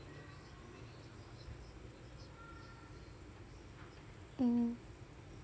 mmhmm